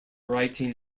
writing